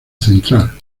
central